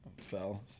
Fell